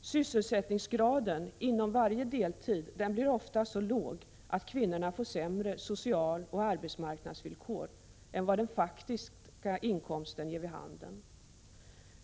Sysselsättningsgraden inom varje deltid blir oftast så låg att kvinnorna får sämre socialoch arbetsmarknadsvillkor än vad den faktiska inkomsten ger vid handen.